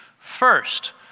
First